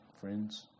friends